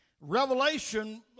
Revelation